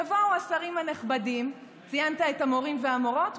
יבואו השרים הנכבדים, ציינת את המורים והמורות.